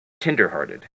tenderhearted